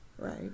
Right